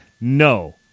No